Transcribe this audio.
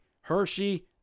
Hershey